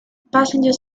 passenger